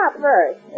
first